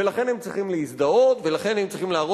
ולכן הם צריכים להזדהות,